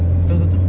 tul tul tul